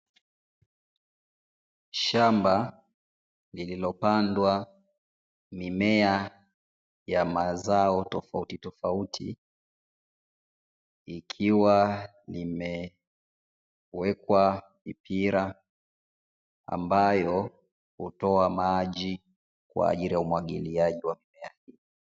Shamba lililopandwa mimea ya mazao tofauti tofauti ikiwa imewekwa mipira ambayo hutoa maji kwa ajili ya umwagiliaji wa mimea hiyo.